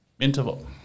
interval